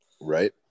right